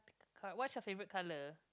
what's your favorite color